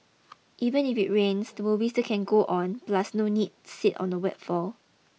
even if it rains the movie still can go on plus no need sit on the wet floor